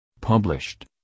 Published